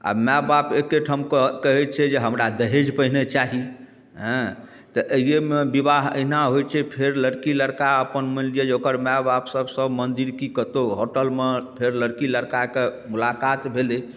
आओर माय बाप एकेठम कहै छै जे हमरा दहेज पहिने चाही हँ तऽ अहियेमे बिवाह अहिना होइ छै फेर लड़की लड़का अपन मानि लिऽ जे ओकर माय बाप सब सब मन्दिर कि कतौ होटलमे फेर लड़की लड़काके मुलाकात भेलै